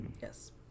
Yes